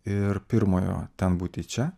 ir pirmojo ten būti čia